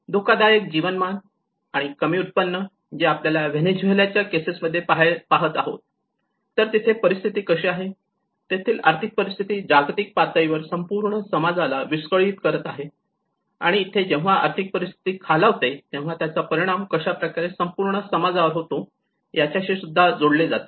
धोकादायक जीवनमान आणि कमी उत्पन्न जे आपण व्हेनेझुएलाच्या केसेस मध्ये पाहत आहोत तर तिथे परिस्थिती कशी आहे तेथील आर्थिक परिस्थिती जागतिक पातळीवर संपूर्ण समाजाला विस्कळीत करत आहे आणि इथे जेव्हा आर्थिक परिस्थिती खालावते तेव्हा त्याचा परिणाम कशाप्रकारे संपूर्ण समाजावर होतो याच्याशी सुद्धा जोडले जाते